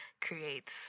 creates